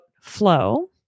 flow